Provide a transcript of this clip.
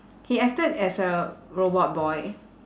he acted as a robot boy